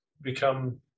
become